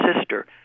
sister